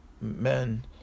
men